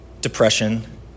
depression